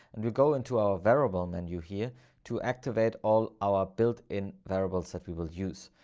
and we go into our variable menu here to activate all our built in variables that we will use.